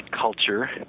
culture